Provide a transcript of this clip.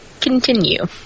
Continue